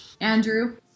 Andrew